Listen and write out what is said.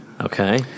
Okay